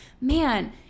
man